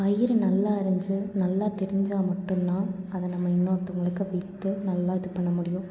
பயிறு நல்லா அரிஞ்சு நல்லா தெரிஞ்சால் மட்டும்தான் அதை நம்ம இன்னொருத்தவங்களுக்கு விற்று நல்லா இது பண்ண முடியும்